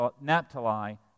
Naphtali